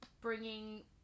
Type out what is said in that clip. bringing